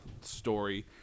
story